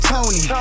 Tony